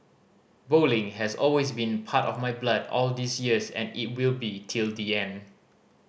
bowling has always been part of my blood all these years and it will be till the end